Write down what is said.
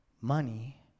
Money